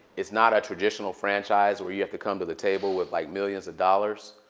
it's not a traditional franchise where you have to come to the table with, like, millions of dollars.